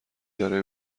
داره